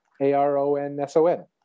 a-r-o-n-s-o-n